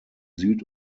süd